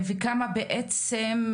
וכמה בעצם,